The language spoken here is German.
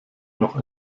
noch